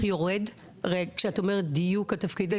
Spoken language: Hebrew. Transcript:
ולשוויון מגדרי): << יור >> את אומרת דיוק התפקידים,